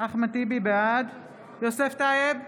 בעד יוסף טייב,